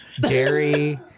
dairy